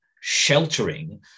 sheltering